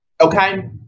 okay